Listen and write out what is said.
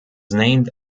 named